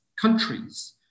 countries